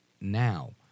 now